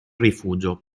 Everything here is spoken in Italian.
rifugio